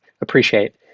appreciate